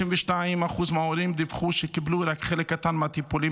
32% מההורים דיווחו שקיבלו רק חלק קטן מהטיפולים